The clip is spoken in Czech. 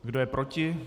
Kdo je proti?